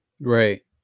right